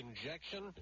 injection